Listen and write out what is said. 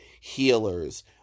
healers